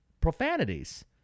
profanities